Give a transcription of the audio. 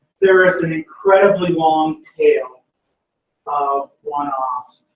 there is an incredibly long tail of one-offs.